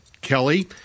Kelly